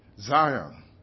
Zion